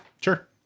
Sure